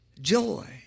joy